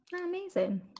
amazing